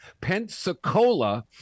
Pensacola